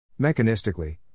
Mechanistically